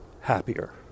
happier